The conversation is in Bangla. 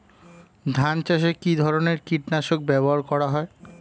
ধান চাষে কী ধরনের কীট নাশক ব্যাবহার করা হয়?